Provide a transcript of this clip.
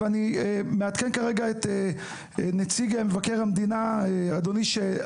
ואני מעדכן כרגע את נציג מבקר המדינה שאמר